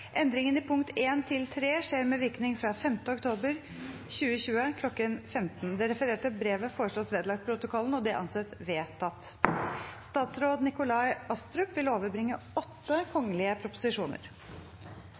Endringene i punkt 1–3 skjer med virkning fra 5. oktober 2020 kl. 15.00.» Det refererte brevet foreslås vedlagt protokollen. – Det anses vedtatt. Representanten Bengt Rune Strifeldt vil